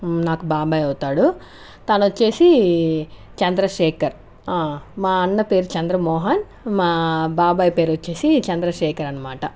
నాకు బాబాయ్ అవుతాడు తను వచ్చి చంద్రశేఖర్ మా అన్న పేరు చంద్రమోహన్ మా బాబాయ్ పేరు వచ్చి చంద్రశేఖర్ అన్నమాట